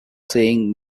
saying